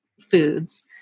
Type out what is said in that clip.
foods